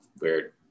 weird